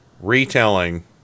retelling